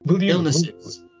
illnesses